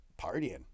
partying